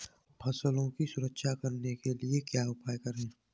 फसलों की सुरक्षा करने के लिए क्या उपाय करें?